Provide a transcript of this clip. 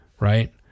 Right